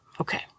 Okay